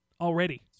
already